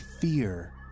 fear